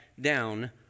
down